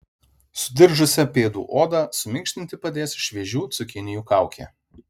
sudiržusią pėdų odą suminkštinti padės šviežių cukinijų kaukė